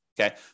okay